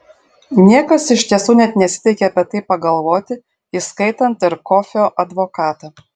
niekas iš tiesų net nesiteikė apie tai pagalvoti įskaitant ir kofio advokatą